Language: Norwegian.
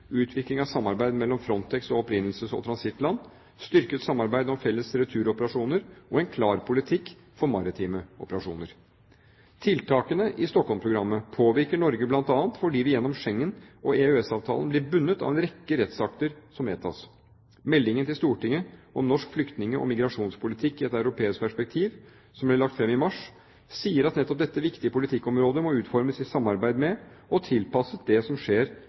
utvikling av samarbeid mellom Frontex og opprinnelses- og transittland, styrket samarbeid om felles returoperasjoner og en klar politikk for maritime operasjoner. Tilakene i Stockholm-programmet påvirker Norge bl.a. fordi vi gjennom Schengen- og EØS-avtalen blir bundet av en rekke rettsakter som vedtas. Meldingen til Stortinget om norsk flyktning- og migrasjonspolitikk i et europeisk perspektiv, som ble lagt fram i mars, sier at nettopp dette viktige politikkområdet må utformes i samarbeid med, og tilpasset, det som skjer